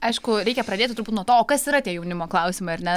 aišku reikia pradėti nuo to o kas yra tie jaunimo klausimai ar ne